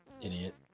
idiot